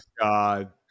God